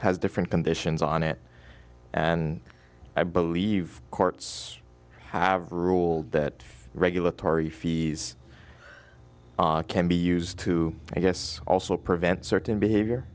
has different conditions on it and i believe courts have ruled that regulatory fees can be used to i guess also prevent certain behavior